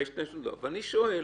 אני שואל